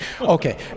Okay